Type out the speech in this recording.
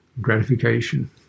gratification